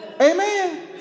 Amen